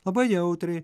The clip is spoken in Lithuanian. labai jautriai